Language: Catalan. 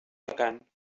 vacant